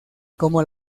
como